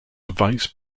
vice